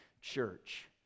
church